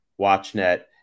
WatchNet